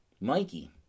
Mikey